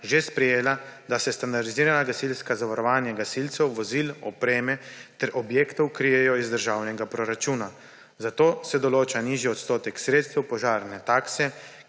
že sprejela, da se standardizirana gasilska zavarovanja gasilcev, vozil, opreme ter objektov krijejo iz državnega proračuna, zato se določa nižji odstotek sredstev požarne takse,